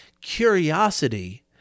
curiosity